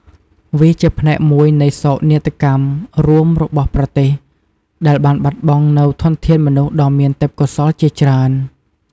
វាជាផ្នែកមួយនៃសោកនាដកម្មរួមរបស់ប្រទេស ដែលបានបាត់បង់នូវធនធានមនុស្សដ៏មានទេពកោសល្យជាច្រើន។